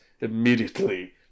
immediately